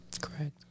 Correct